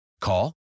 Call